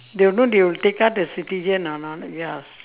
they will know they will take out the citizen or not ya